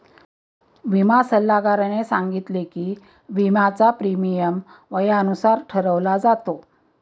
विमा सल्लागाराने सांगितले की, विम्याचा प्रीमियम वयानुसार ठरवला जातो